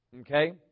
Okay